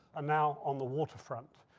ah now on the waterfront,